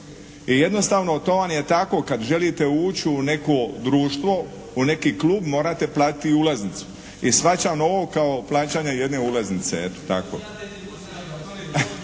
i jednostavno to vam je tako kad želite ući u neko društvo, u neki klub morate platiti ulaznicu. I shvaćam ovo kao plaćanje jedne ulaznice,